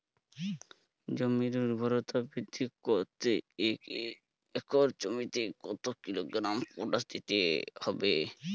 জমির ঊর্বরতা বৃদ্ধি করতে এক একর জমিতে কত কিলোগ্রাম পটাশ দিতে হবে?